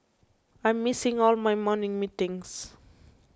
I'm missing all my morning meetings